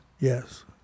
Yes